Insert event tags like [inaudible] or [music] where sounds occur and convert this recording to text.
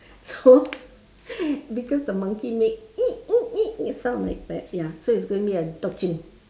so because the monkey makes [noise] sounds like that ya so it's going to be a dog chimp